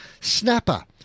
snapper